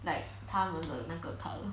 like 他们的那个 colour